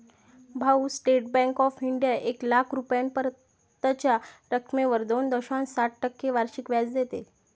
भाऊ, state bank of India एक लाख रुपयांपर्यंतच्या रकमेवर दोन दशांश सात टक्के वार्षिक व्याज देते